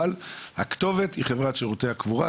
אבל הכתובת היא חברת שירותי הקבורה,